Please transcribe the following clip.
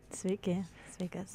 sveiki sveikas